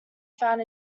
found